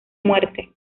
muerte